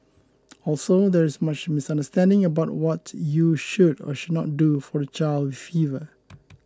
also there is much misunderstanding about what you should or should not do for a child with fever